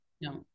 no